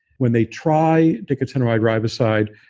when they try nicotinamide riboside,